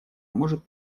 может